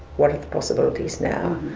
what are the possibilities now?